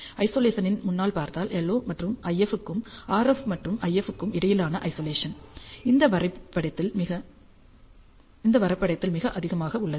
ஐசொலேசனின் முன்னால் பார்த்தால் LO மற்றும் IF க்கும் RF மற்றும் IF க்கும் இடையிலான ஐசொலேசன் இந்த வரைபடத்தில் மிக அதிகமாக உள்ளது